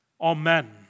Amen